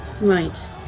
Right